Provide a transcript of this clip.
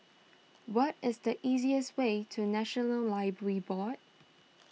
what is the easiest way to National Library Board